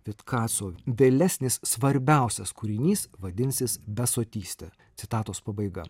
vitkaso vėlesnis svarbiausias kūrinys vadinsis besotyste citatos pabaiga